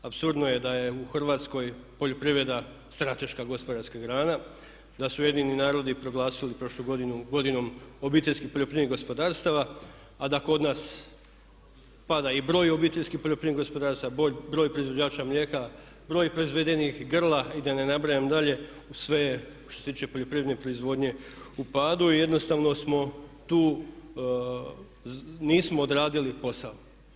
Apsurdno je da je u Hrvatskoj poljoprivreda strateška gospodarska grana, da su UN proglasili prošlu godinu godinom obiteljskih poljoprivrednih gospodarstava a da kod nas pada i broj obiteljski poljoprivrednih gospodarstava, broj proizvođača mlijeka, broj proizvedenih grla i da ne nabrajam dalje u sve što se tiče poljoprivredne proizvodnje u padu je, jednostavno smo tu nismo odradili posao.